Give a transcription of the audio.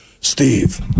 Steve